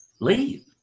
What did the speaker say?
leave